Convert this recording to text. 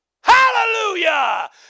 Hallelujah